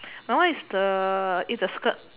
my one is the is the skirt